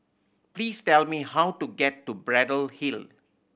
please tell me how to get to Braddell Hill